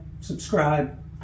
subscribe